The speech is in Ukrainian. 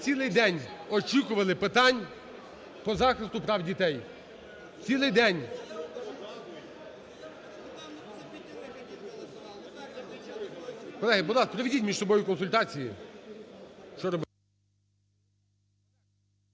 цілий день очікували питань по захисту прав дітей, цілий день. Колеги, будь ласка, проведіть між собою консультації.